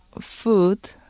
food